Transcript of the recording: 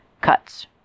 cuts